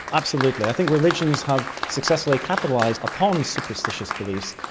absolutely. i think religions have successfully capitalised upon superstitious beliefs,